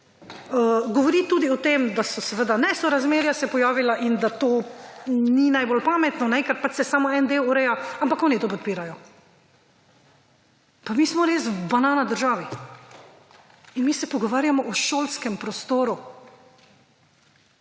govori tudi o tem, da so se nesorazmerja pojavila in da to ni najbolj pametno, ker se samo en del ureja, ampak oni to podpirajo, pa mi smo v res v banana državi. In mi se pogovarjamo o šolskem prostoru,